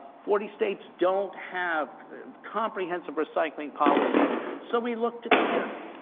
forty states don't have comprehensive recycling policies, so we looked at canada,